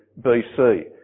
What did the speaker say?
BC